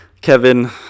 Kevin